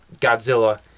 Godzilla